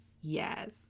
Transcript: Yes